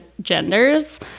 genders